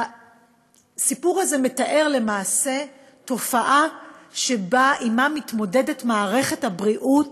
הסיפור הזה מתאר למעשה תופעה שעמה מתמודדת מערכת הבריאות